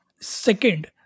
second